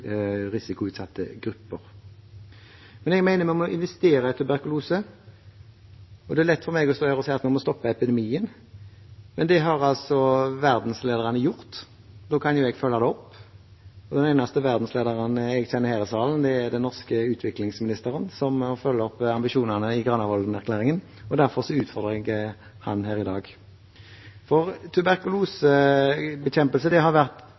risikoutsatte grupper. Jeg mener vi må investere i tuberkulose. Det er lett for meg å stå her og si at vi må stoppe epidemien, men det har altså verdenslederne gjort, og da kan jo jeg følge det opp. Den eneste verdenslederen jeg kjenner her i salen, er den norske utviklingsministeren, som må følge opp ambisjonene i Granavolden-plattformen. Derfor utfordrer jeg ham her i dag. Tuberkulosebekjempelse har vært